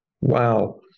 Wow